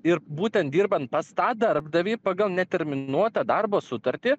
ir būtent dirbant pas tą darbdavį pagal neterminuotą darbo sutartį